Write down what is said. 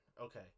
Okay